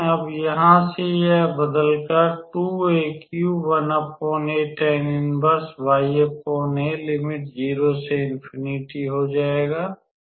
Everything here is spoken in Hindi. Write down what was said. अब यहाँ से यह बदलकर हो जाएगा